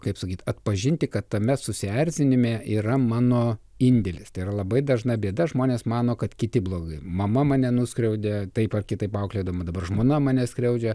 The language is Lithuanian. kaip sakyt atpažinti kad tame susierzinime yra mano indėlis tai yra labai dažna bėda žmonės mano kad kiti blogi mama mane nuskriaudė taip ar kitaip auklėdama dabar žmona mane skriaudžia